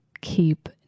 keep